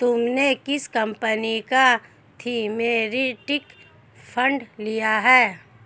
तुमने किस कंपनी का थीमेटिक फंड लिया है?